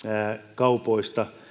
kaupoista